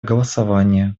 голосования